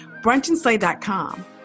Brunchandslay.com